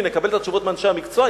ונקבל את התשובות מאנשי המקצוע.